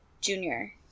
junior